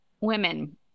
women